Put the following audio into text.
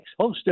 hosted